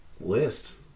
list